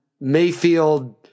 Mayfield